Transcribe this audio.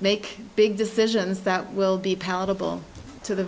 make big decisions that will be palatable to the